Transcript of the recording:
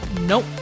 nope